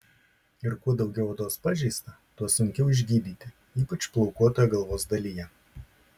ir kuo daugiau odos pažeista tuo sunkiau išgydyti ypač plaukuotoje galvos dalyje